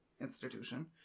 Institution